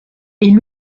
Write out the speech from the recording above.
est